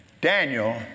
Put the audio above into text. Daniel